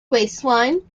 waistline